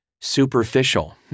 superficial